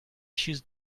choose